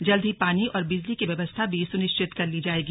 जल्द ही पानी और बिजली की व्यवस्था भी सुनिश्चित कर ली जाएगी